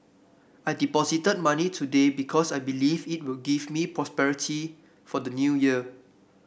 I deposited money today because I believe it will give me prosperity for the New Year